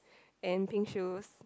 and pink shoes